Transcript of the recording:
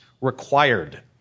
required